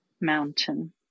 Mountain